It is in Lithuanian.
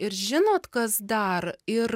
ir žinot kas dar ir